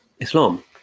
Islam